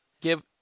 give